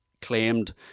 claimed